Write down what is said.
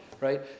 right